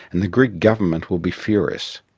and the greek government will be furious.